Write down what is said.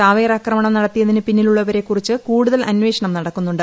ചാവേറാക്രമണം നടത്തിയതിന് പിന്നിലുളളവരെ കുറിച്ച് കൂടുതൽ അന്വേഷണം നടക്കുന്നുണ്ട്